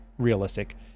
realistic